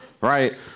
right